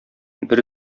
бер